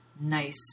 nice